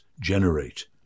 generate